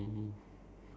ya